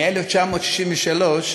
מ-1963,